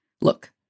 look